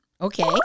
Okay